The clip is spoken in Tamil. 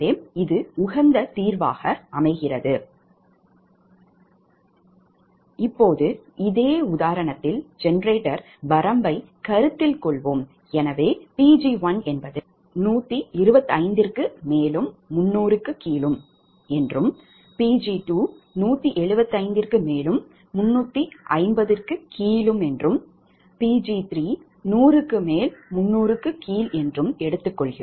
எனவே இப்போது இதே உதாரணத்தில் ஜெனரேட்டர் வரம்பைக் கருத்தில் கொள்வோம் எனவே125≤Pg1≤300 175≤Pg2≤350 மற்றும் 100≤Pg3≤300